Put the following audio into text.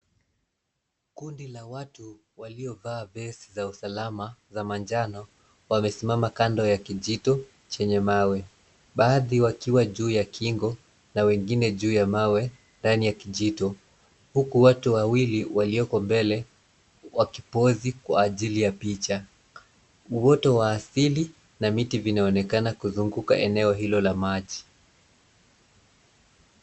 Kundi la watu waliovaa vest za usalama za manjano, wamesimama kando ya kijito chenye mawe. Baadhi wakiwa juu ya kingo na wengine juu ya mawe ndani ya kijito, huku watu wawili walioko mbele waki pose kwa ajili ya picha. Uoto wa asili na miti vinaonekana kuzunguka eneo hilo la maji.